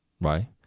Right